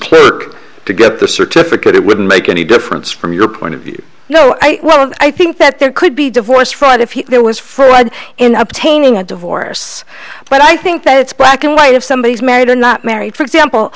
clerk to get the certificate it wouldn't make any difference from your point of view no i don't i think that there could be divorce fraud if he there was fraud in obtaining a divorce but i think that it's black and white if somebody is married or not married for example